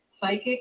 psychic